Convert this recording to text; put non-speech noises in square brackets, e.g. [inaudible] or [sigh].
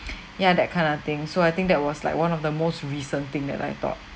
[breath] ya that kind of thing so I think that was like one of the most recent thing that I thought